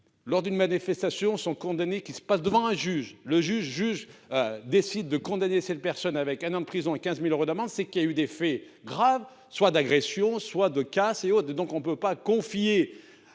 Lors d'une manifestation sont condamnés qui se passe devant un juge, le juge juge. Décide de condamner cette personne avec un an de prison et 15.000 euros d'amende, c'est qu'il y a eu des faits graves, soit d'agressions soit de casse et aux deux donc on ne peut pas confier.